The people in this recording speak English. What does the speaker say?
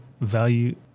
value